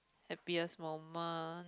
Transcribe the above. happiest moment